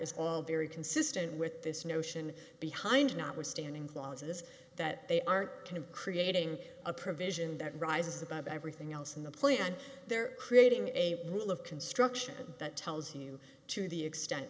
is all very consistent with this notion behind notwithstanding clauses that they are kind of creating a provision that rises above everything else in the plan they're creating a rule of construction that tells you to the extent